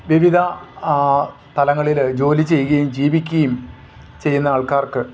വിവിധ തലങ്ങളിൽ ജോലി ചെയ്യുകയും ജീവിക്കുകയും ചെയ്യുന്ന ആൾക്കാർക്ക്